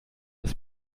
ist